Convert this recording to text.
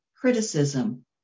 criticism